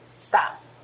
stop